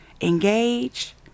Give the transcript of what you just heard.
engage